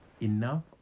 enough